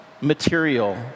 material